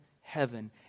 heaven